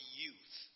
youth